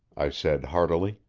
i said heartily.